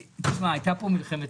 מה זה משנה, מבחן התוצאה הוא לא נכון.